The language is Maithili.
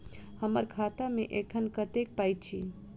हम्मर खाता मे एखन कतेक पाई अछि?